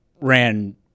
ran